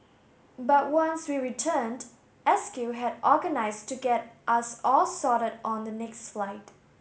but once we returned S Q had organised to get us all sorted on the next flight